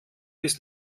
bis